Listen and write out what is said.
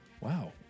Wow